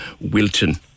Wilton